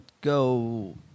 go